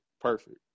perfect